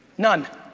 none.